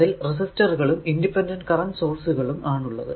അതിൽ റെസിസ്റ്ററുകളും independent current source കളും ആണ് ഉള്ളത്